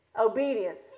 Obedience